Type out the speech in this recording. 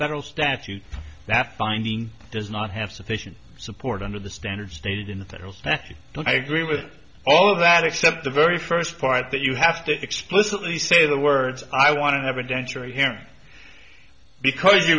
federal statute that finding does not have sufficient support under the standard stated in that you don't agree with all that except the very first part that you have to explicitly say the words i want to have a denture here because you